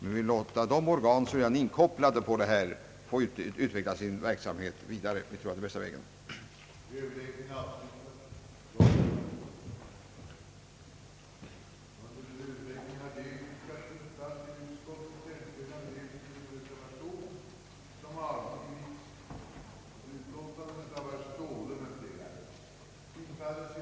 Utöver dessa handlingar hade utskottet haft tillgång till de protokoll som förts vid sammanträdena med stiftelsens styrelse under år 1967.